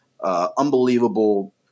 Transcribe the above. Unbelievable